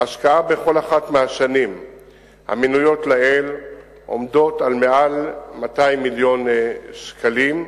ההשקעה בכל אחת מהשנים המנויות לעיל עומדת על מעל 200 מיליון שקלים.